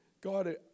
God